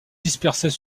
dispersées